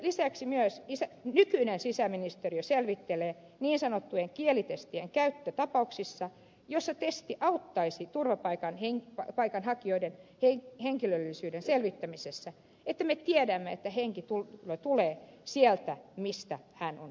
lisäksi myös nykyinen sisäministeriö selvittelee niin sanottujen kielitestien käyttöä tapauksissa joissa testi auttaisi turvapaikanhakijoiden henkilöllisyyden selvittämisessä jotta me tiedämme että henkilö tulee sieltä mistä hän on sanonut tulevansa